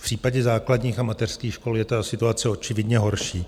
V případě základních a mateřských škol je situace očividně horší.